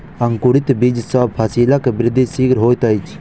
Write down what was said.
अंकुरित बीज सॅ फसीलक वृद्धि शीघ्र होइत अछि